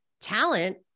talent